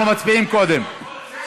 אנחנו מצביעים קודם.